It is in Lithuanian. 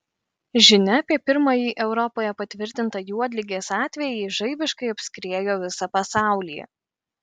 žinia apie pirmąjį europoje patvirtintą juodligės atvejį žaibiškai apskriejo visą pasaulį